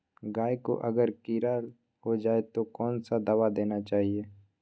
गाय को अगर कीड़ा हो जाय तो कौन सा दवा देना चाहिए?